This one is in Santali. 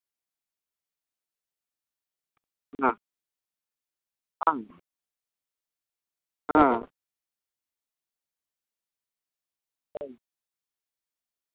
ᱦᱮᱸ ᱦᱮᱸ ᱦᱮᱸ ᱦᱮᱸ